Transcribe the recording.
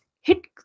hit